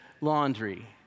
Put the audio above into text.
laundry